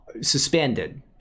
suspended